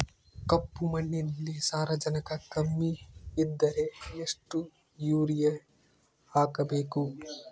ಕಪ್ಪು ಮಣ್ಣಿನಲ್ಲಿ ಸಾರಜನಕ ಕಮ್ಮಿ ಇದ್ದರೆ ಎಷ್ಟು ಯೂರಿಯಾ ಹಾಕಬೇಕು?